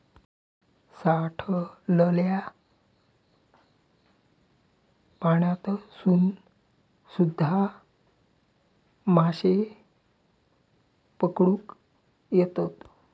साठलल्या पाण्यातसून सुध्दा माशे पकडुक येतत